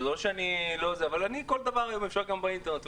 כל דבר יום אפשר גם באינטרנט.